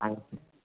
ആയിക്കോട്ടെ